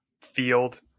field